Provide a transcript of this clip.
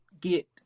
get